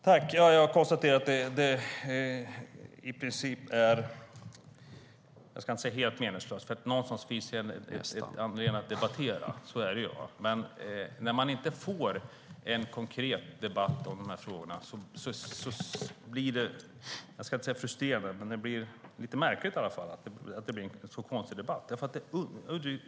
Herr talman! Jag konstaterar att detta i princip är meningslöst - jag ska inte säga helt meningslöst, för någonstans finns det anledning att debattera. Men när man inte får en konkret debatt i frågorna blir det om inte frustrerande så ändå lite märkligt. Det blir en konstig debatt.